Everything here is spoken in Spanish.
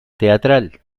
teatral